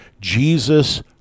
Jesus